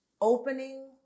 opening